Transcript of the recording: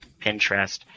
Pinterest